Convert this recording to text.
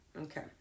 Okay